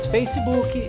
Facebook